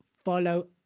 follow